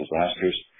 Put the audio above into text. disasters